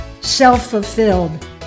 self-fulfilled